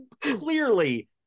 clearly